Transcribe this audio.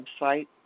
website